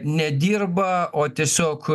nedirba o tiesiog